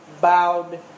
bowed